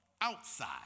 outside